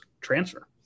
transfer